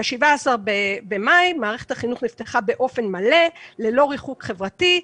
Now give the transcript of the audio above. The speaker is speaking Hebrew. ב-17 במאי מערכת החינוך נפתחה באופן מלא ללא ריחוק חברתי,